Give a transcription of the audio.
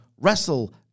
wrestle